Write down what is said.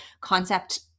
concept